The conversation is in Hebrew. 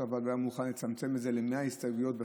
והוועדה מוכנה לצמצם את זה ל-100 הסתייגויות בסוף.